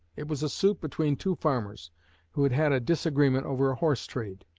it was a suit between two farmers who had had a disagreement over a horse-trade.